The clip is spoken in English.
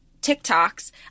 TikToks